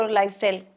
lifestyle